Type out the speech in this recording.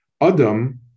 Adam